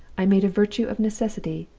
i made a virtue of necessity,